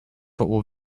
football